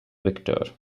victor